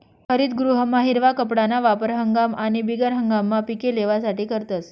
हरितगृहमा हिरवा कापडना वापर हंगाम आणि बिगर हंगाममा पिके लेवासाठे करतस